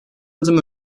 adım